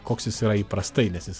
koks jis yra įprastai nes jis